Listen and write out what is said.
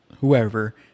whoever